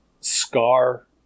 scar